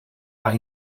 are